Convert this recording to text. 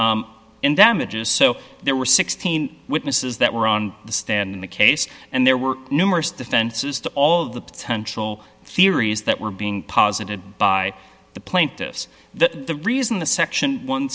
in damages so there were sixteen witnesses that were on the stand in the case and there were numerous defenses to all of the potential theories that were being positive by the plaintiffs that the reason the section one